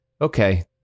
okay